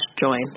join